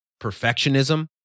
perfectionism